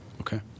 Okay